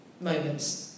moments